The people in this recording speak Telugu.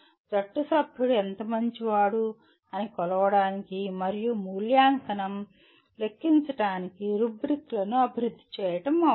జట్టు సభ్యుడు ఎంత మంచివాడు అని కొలవడానికి మరియు మూల్యాంకనం లెక్కించడానికి రుబ్రిక్లను అభివృద్ధి చేయడం అవసరం